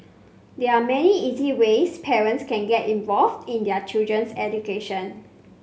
there are many easy ways parents can get involved in their children's education